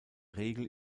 regel